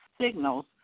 signals